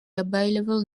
available